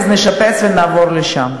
אז נשפץ ונעבור לשם.